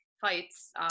fights